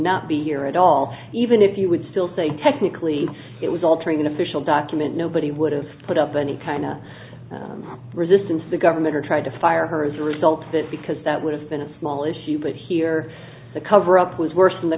not be here at all even if you would still say technically it was altering an official document nobody would have put up any kind of resistance to the government or tried to fire her as a result of that because that would have been a small issue but here the coverup was worse than the